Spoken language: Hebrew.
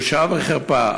בושה וחרפה.